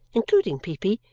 including peepy,